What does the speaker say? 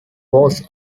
was